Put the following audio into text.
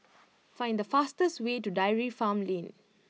find the fastest way to Dairy Farm Lane